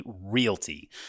Realty